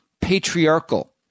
patriarchal